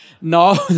no